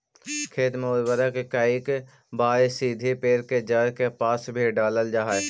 खेत में उर्वरक कईक बार सीधे पेड़ के जड़ के पास भी डालल जा हइ